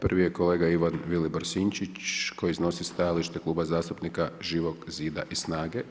Prvi je kolega Ivan Vilibor Sinčić koji iznosi stajalište Kluba zastupnika Živog zida i SNAGA-e.